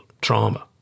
trauma